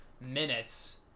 minutes